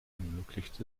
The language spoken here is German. ermöglicht